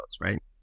right